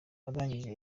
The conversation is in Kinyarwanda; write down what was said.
arangije